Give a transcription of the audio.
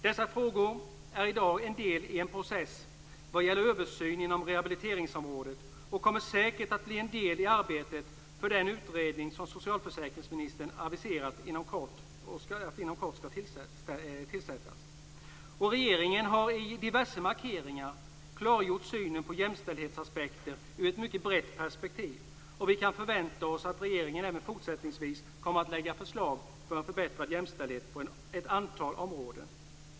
Dessa frågor är i dag en del i en process vad gäller översyn inom rehabiliteringsområdet, och de kommer säkert att bli en del i arbetet för den utredning som socialförsäkringsministern aviserat skall tillsättas inom kort. Regeringen har i diverse markeringar och i ett brett perspektiv klargjort synen på jämställdhetsaspekten. Vi kan förvänta oss att regeringen även fortsättningsvis kommer att lägga fram förslag på förbättrad jämställdhet på ett antal områden.